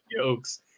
jokes